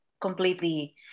completely